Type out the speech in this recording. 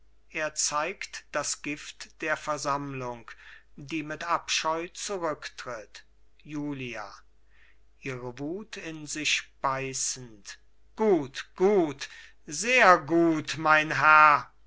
er zeigt das gift der versammlung die mit abscheu zurücktritt julia ihre wut in sich beißend gut gut sehr gut mein herr